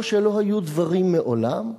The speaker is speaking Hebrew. או שלא היו דברים מעולם,